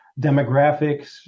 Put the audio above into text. demographics